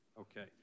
Okay